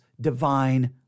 divine